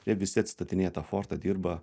jie visi atstatinėja tą fortą dirba